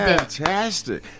fantastic